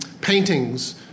paintings